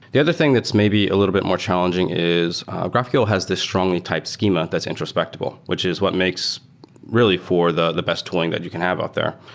the other thing that's maybe a little bit more challenging is graphql has this strongly typed schema that's introspectable, which is what makes really for the the best tooling that you can have out there.